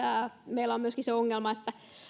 meillä on myöskin se ongelma